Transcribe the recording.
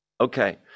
Okay